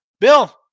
Bill